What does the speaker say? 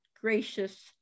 gracious